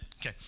okay